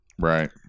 Right